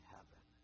Heaven